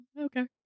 Okay